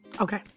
Okay